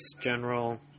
General